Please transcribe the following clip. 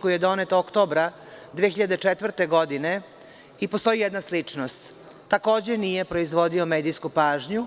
koji je donet oktobra 2004. godine, i postoji jedna sličnost, takođe, nije proizvodio medijsku pažnju.